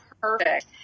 perfect